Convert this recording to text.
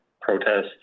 protests